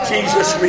Jesus